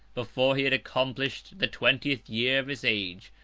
before he had accomplished the twentieth year of his age,